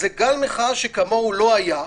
זה גל מחאה שכמוהו לא היה.